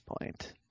point